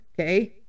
okay